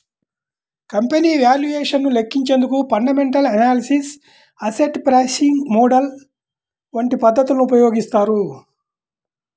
company valuation ను లెక్కించేందుకు fundamental analysis, asset pricing model వంటి పద్ధతులను ఉపయోగిస్తారు